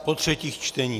Po třetích čteních.